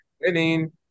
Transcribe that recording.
Winning